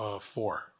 four